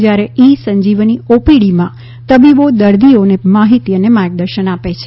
જ્યારે ઈ સંજીવની ઓપીડીમાં તબીબો દર્દીઓને માહિતી અને માર્ગદર્શન આપે છે